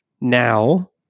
now